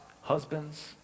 husbands